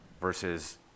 versus